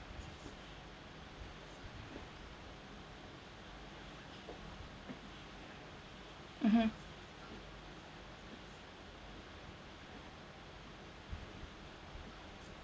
mmhmm